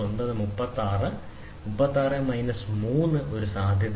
36 ° minus 3 ഒരു സാധ്യതയാണ് 27 ° plus 9 ° minus 6 നമുക്ക് ചെയ്യാൻ കഴിയുന്ന ഒരു സാധ്യതയാണ്